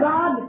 God